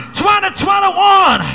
2021